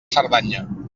cerdanya